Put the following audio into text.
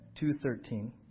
2.13